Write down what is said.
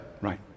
Right